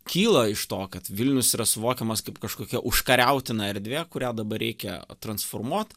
kyla iš to kad vilnius yra suvokiamas kaip kažkokia užkariautina erdvė kurią dabar reikia transformuot